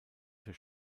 für